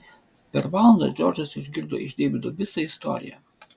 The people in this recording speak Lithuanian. per valandą džordžas išgirdo iš deivido visą istoriją